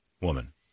woman